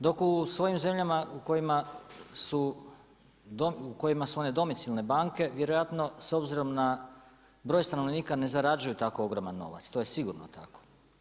Dok u svojim zemljama u kojima su one domicilne banke vjerojatno s obzirom na broj stanovnika ne zarađuju tako ogroman novac, to je sigurno tako.